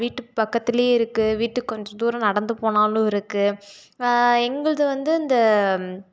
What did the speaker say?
வீட்டுப் பக்கத்திலையே இருக்குது வீட்டுக்கு கொஞ்சம் தூரம் நடந்துப் போனாலும் இருக்குது எங்களுது வந்து இந்த